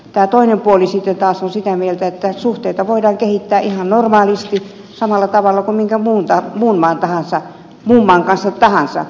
tämä toinen puoli sitten taas on sitä mieltä että suhteita voidaan kehittää ihan normaalisti samalla tavalla kuin minkä muun maan kanssa tahansa